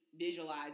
visualize